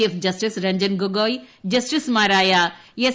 chief justice Ranjan Gogoi ജസ്റ്റിസുമാരായ S